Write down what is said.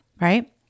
right